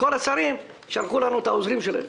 כל השרים שלחו לנו את העוזרים שלהם.